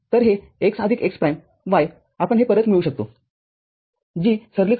तरहे x आदिक x प्राईमy आपण हे परत मिळवू शकतो